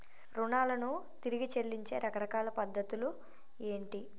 రుణాలను తిరిగి చెల్లించే రకరకాల పద్ధతులు ఏంటి?